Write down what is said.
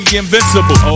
invincible